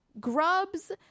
grubs